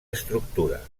estructura